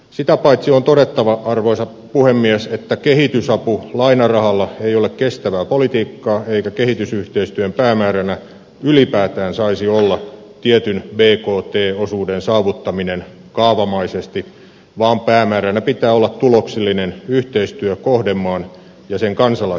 sitä paitsi on todettava arvoisa puhemies että kehitysapu lainarahalla ei ole kestävää politiikkaa eikä kehitysyhteistyön päämääränä ylipäätään saisi olla tietyn bkt osuuden saavuttaminen kaavamaisesti vaan päämääränä pitää olla tuloksellinen yhteistyö kohdemaan ja sen kansalaisten kanssa